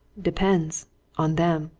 depends on them,